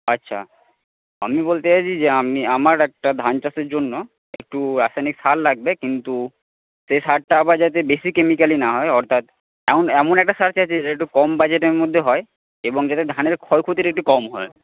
আচ্ছা আমি বলতে চাইছি যে আমি আমার একটা ধান চাষের জন্য একটু রাসায়নিক সার লাগবে কিন্তু সে সারটা আবার যাতে বেশি কেমিকেলি না হয় অর্থাৎ এমন এমন একটা সার চাইছি যেটা একটু কম বাজেটের মধ্যে হয় এবং যেটায় ধানের ক্ষয়ক্ষতিটা একটু কম হয়